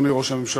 אדוני ראש הממשלה,